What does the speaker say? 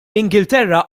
ingilterra